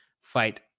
Fight